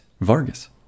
Vargas